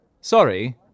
Sorry